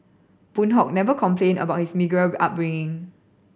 Boon Hock never complained about his meagre upbringing